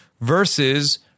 versus